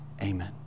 Amen